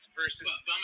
versus